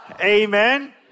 Amen